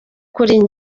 kuri